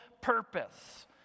purpose